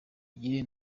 gihe